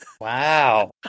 Wow